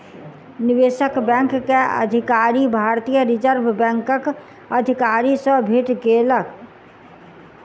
निवेशक बैंक के अधिकारी, भारतीय रिज़र्व बैंकक अधिकारी सॅ भेट केलक